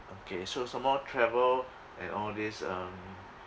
okay so some more travel and all these um